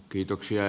kiitoksia